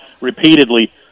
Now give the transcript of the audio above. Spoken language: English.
repeatedly